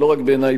ולא רק בעיני,